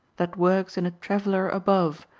that works in a traveler above,